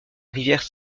rivière